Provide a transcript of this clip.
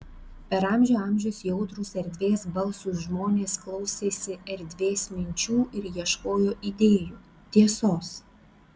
per amžių amžius jautrūs erdvės balsui žmonės klausėsi erdvės minčių ir ieškojo idėjų tiesos